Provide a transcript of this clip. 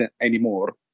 anymore